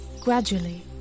Gradually